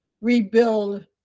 rebuild